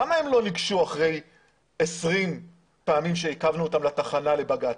למה הם לא ניגשו אחרי 20 פעמים שעיכבנו אותם בתחנה לבג"ץ?